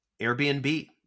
Airbnb